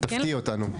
תפתיעי אותנו.